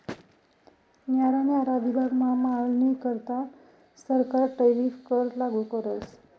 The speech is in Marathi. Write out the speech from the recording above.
न्यारा न्यारा विभागमा मालनीकरता सरकार टैरीफ कर लागू करस